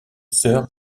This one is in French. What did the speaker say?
sœur